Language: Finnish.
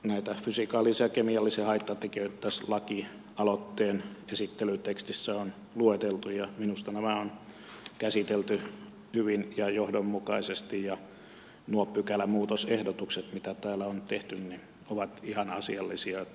näitä fysikaalisia ja kemiallisia haittatekijöitä tässä lakialoitteen esittelytekstissä on lueteltu ja minusta nämä on käsitelty hyvin ja johdonmukaisesti ja nuo pykälämuutosehdotukset mitä täällä on tehty ovat ihan asiallisia